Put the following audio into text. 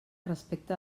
respecta